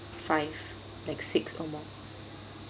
five like six or more